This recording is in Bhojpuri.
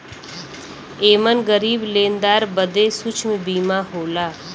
एमन गरीब लेनदार बदे सूक्ष्म बीमा होला